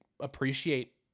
appreciate